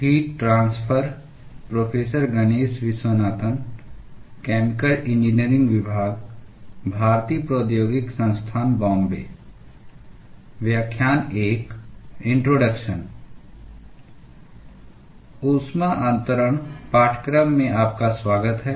ऊष्मा अन्तरण पाठ्यक्रम में आपका स्वागत है